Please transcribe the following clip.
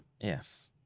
yes